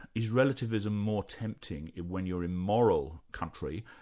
is relativism more tempting, when you're in moral country,